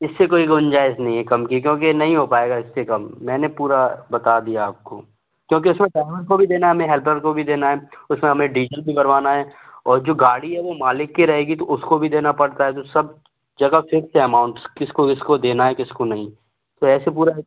इससे कोई गुंजाइश नहीं है कम की क्योंकि नहीं हो पाएगा इससे कम मैंने पूरा बता दिया आपको क्योंकि उसमें ड्राइवर को भी देना हमें हेल्पर को भी देना है उसमें हमें डीजल भी भरवाना है और जो गाड़ी है वह मालिक की रहेगी तो उसको भी देना पड़ता है तो सब जगह फ़िक्स है अमाउंट किसको किसको देना है किसको नहीं तो ऐसे पूरा